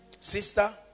Sister